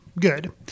good